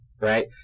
right